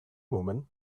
woman